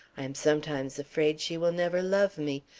i am sometimes afraid she will never love me.